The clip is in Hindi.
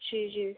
जी जी